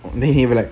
then he will like